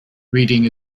reading